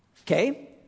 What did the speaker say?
Okay